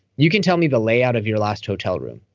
you can tell me the layout of your last hotel room.